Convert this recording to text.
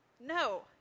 No